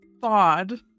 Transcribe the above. thawed